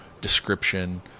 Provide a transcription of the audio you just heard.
description